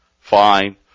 fine